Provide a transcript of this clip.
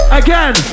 again